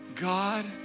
God